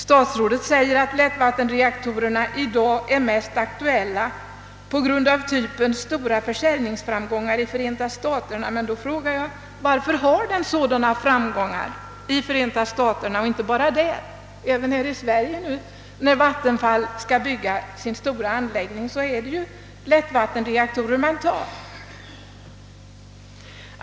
Statsrådet säger att lättvattenreaktorerna i dag är mest aktuella på grund av typens stora försäljningsframgångar i Förenta staterna, men då frågar jag: Varför har de sådana framgångar i Förenta staterna och inte bara där? även här i Sverige, när Vattenfall skall bygga sin stora anläggning, är det ju lättvattenreaktorer man tar.